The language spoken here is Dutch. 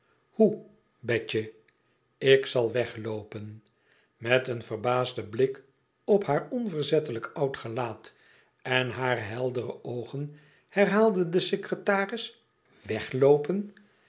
hoe bet je ik zal wegloopen met een verbaasden blik op haar onverzettelijk oud gelaat en hare heldere oogen herhaalde de secretaris wegloopen